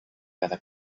cada